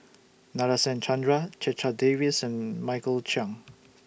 Nadasen Chandra Checha Davies and Michael Chiang